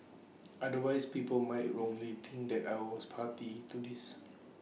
otherwise people might wrongly think that I was party to this